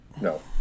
no